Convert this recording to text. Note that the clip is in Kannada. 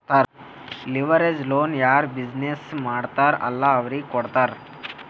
ಲಿವರೇಜ್ ಲೋನ್ ಯಾರ್ ಬಿಸಿನ್ನೆಸ್ ಮಾಡ್ತಾರ್ ಅಲ್ಲಾ ಅವ್ರಿಗೆ ಕೊಡ್ತಾರ್